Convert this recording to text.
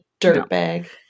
dirtbag